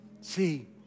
See